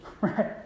Right